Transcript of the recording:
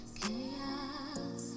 chaos